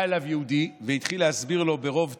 בא אליו יהודי והתחיל להסביר לו ברוב טובו,